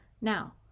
Now